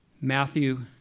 Matthew